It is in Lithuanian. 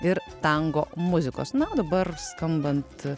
ir tango muzikos na o dabar skambant